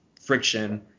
friction